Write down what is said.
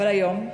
אבל היום,